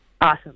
Awesome